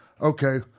Okay